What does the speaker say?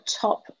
top